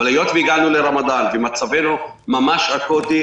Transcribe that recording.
אבל היות והגענו לרמדאן ומצבנו ממש אקוטי,